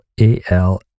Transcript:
A-L